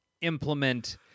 implement